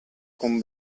con